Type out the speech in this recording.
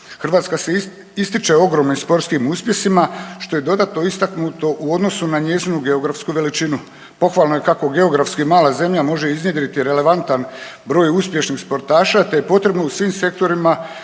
Hrvatska se ističe ogromnim sportskim uspjesima što je dodatno istaknuto u odnosu na njezinu geografsku veličinu. Pohvalno je kako geografski mala zemlja može iznjedriti relevantan broj uspješnih sportaša te je potrebno u svim sektorima